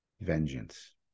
vengeance